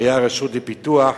היתה הרשות לפיתוח,